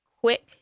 quick